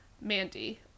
Mandy